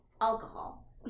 alcohol